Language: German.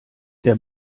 der